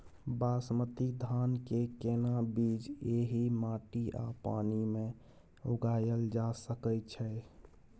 बासमती धान के केना बीज एहि माटी आ पानी मे उगायल जा सकै छै?